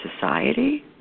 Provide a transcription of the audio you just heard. society